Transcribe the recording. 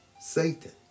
Satan